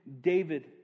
David